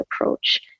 approach